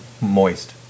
Moist